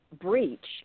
breach